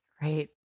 great